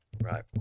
right